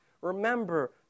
Remember